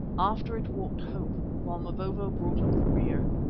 after it walked hope, while mavovo brought up the rear.